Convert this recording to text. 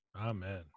Amen